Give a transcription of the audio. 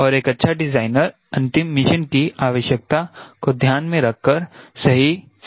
और एक अच्छा डिज़ाइनर अंतिम मिशन कि आवश्यकता को ध्यान में रखकर सही संयोजन को चुनेगा